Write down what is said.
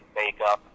makeup